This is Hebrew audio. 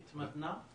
התמתנה?